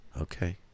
Okay